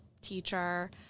teacher